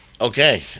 Okay